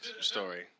story